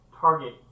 target